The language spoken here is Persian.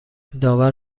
داور